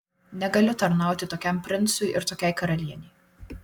negaliu tarnauti tokiam princui ir tokiai karalienei